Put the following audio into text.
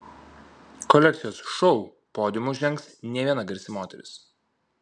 kolekcijos šou podiumu žengs ne viena garsi moteris